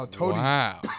Wow